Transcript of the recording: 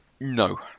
No